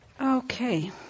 Okay